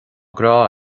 grá